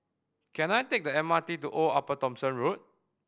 can I take the M R T to Old Upper Thomson Road